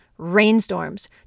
rainstorms